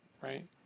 right